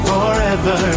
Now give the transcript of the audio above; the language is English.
Forever